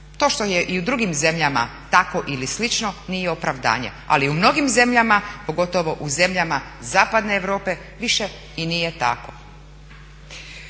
To što je i u drugim zemljama tako ili slično nije opravdanje. Ali u mnogim zemljama, pogotovo u zemljama zapadne Europe više i nije tako.